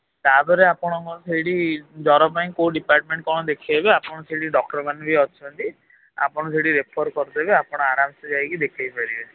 ତା' ପରେ ଆପଣଙ୍କର ସେଇଠି ଜର ପାଇଁ କେଉଁ ଡିପାର୍ଟମେଣ୍ଟ କ'ଣ ଦେଖାଇବେ ଆପଣ ସେଇଠି ଡକ୍ଟରମାନେ ବି ଅଛନ୍ତି ଆପଣ ସେଇଠି ରେଫର୍ କରିଦେବେ ଆପଣ ଆରାମସେ ଯାଇକି ଦେଖେଇ ପାରିବେ